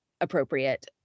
appropriate